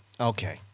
okay